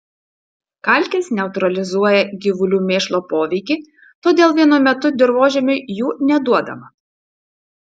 kalkės neutralizuoja gyvulių mėšlo poveikį todėl vienu metu dirvožemiui jų neduodama